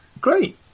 Great